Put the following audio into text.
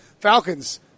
Falcons